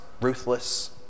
ruthless